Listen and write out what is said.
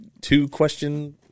two-question –